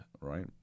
right